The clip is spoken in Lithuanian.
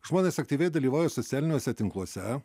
žmonės aktyviai dalyvauja socialiniuose tinkluose